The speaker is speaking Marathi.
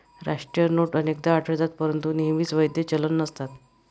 राष्ट्रीय नोट अनेकदा आढळतात परंतु नेहमीच वैध चलन नसतात